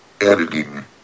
Editing